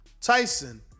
Tyson